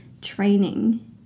training